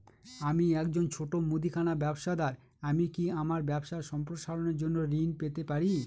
আমি একজন ছোট মুদিখানা ব্যবসাদার আমি কি আমার ব্যবসা সম্প্রসারণের জন্য ঋণ পেতে পারি?